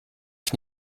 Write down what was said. ich